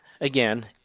again